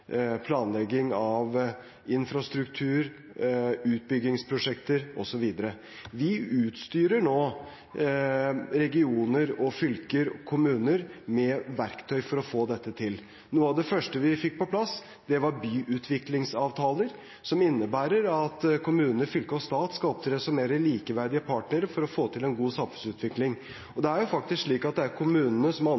planlegging av infrastruktur, utbyggingsprosjekter osv. Vi utstyrer nå regioner, fylker og kommuner med verktøy for å få dette til. Noe av det første vi fikk på plass, var byutviklingsavtaler, som innebærer at kommune, fylke og stat skal opptre som mer likeverdige partnere for å få til en god samfunnsutvikling. Det er kommunene som har ansvaret for boligbygging og